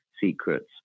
secrets